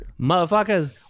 Motherfuckers